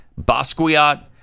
Basquiat